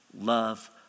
love